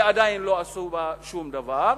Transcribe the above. ועדיין לא עשו בה שום דבר,